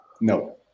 No